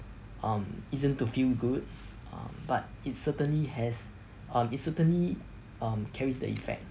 um isn't to feel good um but it certainly has um it's certainly um carries the effect